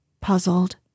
puzzled